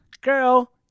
Girl